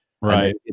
Right